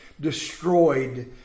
destroyed